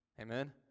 Amen